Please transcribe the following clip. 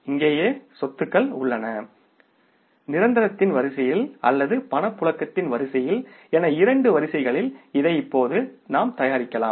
இங்கேயே சொத்துக்கள் உள்ளன நிரந்தரத்தின் வரிசையில் அல்லது பணப்புழக்கத்தின் வரிசையில் என இரண்டு வரிசைகளில் இதை இப்போது தயாரிக்கலாம்